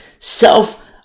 Self